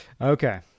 Okay